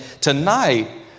tonight